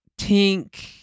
Tink